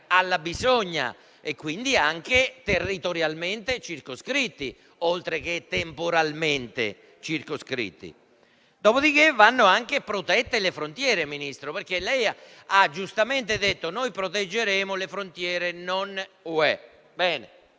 alla bisogna e quindi anche territorialmente, oltre che temporalmente, circoscritti. Dopo di che, vanno anche protette le frontiere, Ministro. Lei ha giustamente detto che proteggeremo le frontiere non